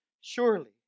Surely